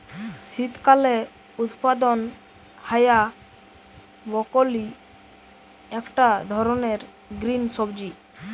শীতকালে উৎপাদন হায়া ব্রকোলি একটা ধরণের গ্রিন সবজি